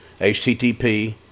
http